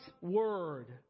Word